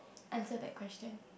answer that question